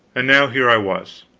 and now here i was,